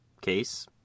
case